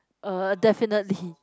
uh definitely